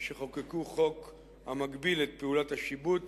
שחוקקו חוק המגביל את פעולת השיבוט